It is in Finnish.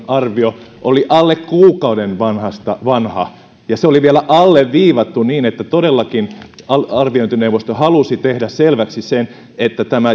arvio oli alle kuukauden vanha ja se oli vielä alleviivattu niin että todellakin arviointineuvosto halusi tehdä selväksi sen että